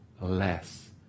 less